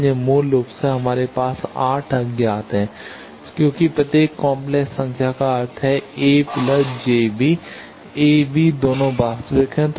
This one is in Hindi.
इसलिए मूल रूप से हमारे पास 8 अज्ञात हैं क्योंकि प्रत्येक काम्प्लेक्स संख्या का अर्थ है a jb a b दोनों वास्तविक हैं